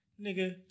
nigga